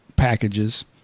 packages